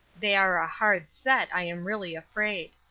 they are a hard set, i am really afraid.